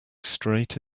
straight